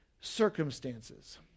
circumstances